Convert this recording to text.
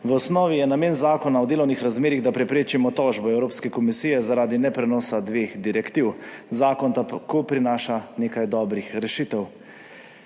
V osnovi je namen Zakona o delovnih razmerjih, da preprečimo tožbo Evropske komisije zaradi neprenosa dveh direktiv. Zakon tako prinaša nekaj dobrih rešitev,